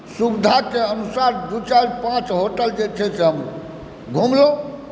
सुविधाके अनुसार दू चारि पाँचटा जे होटल घुमलहुँ